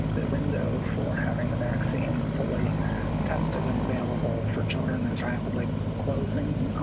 the window for having a vaccine fully tested and available for children is rapidly closing.